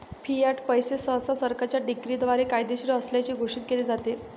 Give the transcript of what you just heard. Fiat पैसे सहसा सरकारच्या डिक्रीद्वारे कायदेशीर असल्याचे घोषित केले जाते